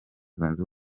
zunze